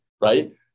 right